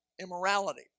immorality